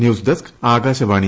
news desk Akashvani